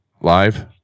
live